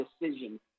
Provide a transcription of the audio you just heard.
decision